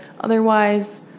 otherwise